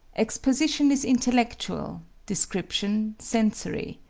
exposition is intellectual, description sensory.